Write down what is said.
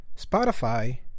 spotify